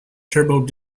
turbo